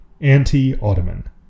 anti-Ottoman